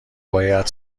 باید